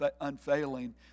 unfailing